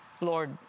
Lord